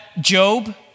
Job